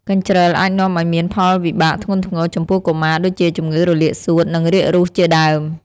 កញ្ជ្រឹលអាចនាំឱ្យមានផលវិបាកធ្ងន់ធ្ងរចំពោះកុមារដូចជាជំងឺរលាកសួត និងរាគរួសជាដើម។